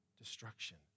destruction